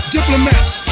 Diplomats